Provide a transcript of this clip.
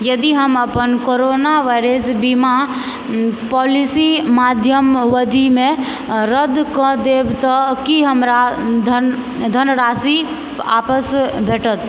यदि हम अपन कोरोना वायरस बीमा पॉलिसी मध्यावधिमे रद्दकऽ देब तऽ की हमरा धनराशि आपस भेटत